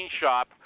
shop